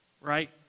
right